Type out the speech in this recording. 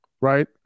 right